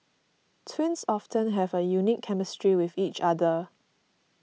twins often have a unique chemistry with each other